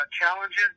Challenges